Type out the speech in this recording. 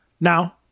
Now